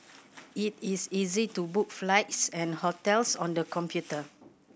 it is easy to book flights and hotels on the computer